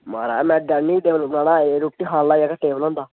महाराज मै dining table बनाना रुट्टी खान आह्ला जेह्ड़ा टेबल होंदा